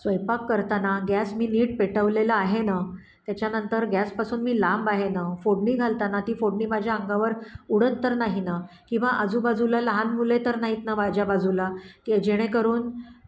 स्वयंपाक करताना गॅस मी नीट पेटवलेलं आहे ना त्याच्यानंतर गॅसपासून मी लांब आहे ना फोडणी घालताना ती फोडणी माझ्या अंगावर उडत तर नाही ना किंवा आजूबाजूला लहान मुले तर नाहीत ना माझ्या बाजूला की जेणेकरून